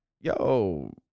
yo